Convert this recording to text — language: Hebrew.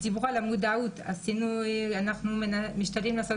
דיברנו על מודעות אנחנו משתדלים לעשות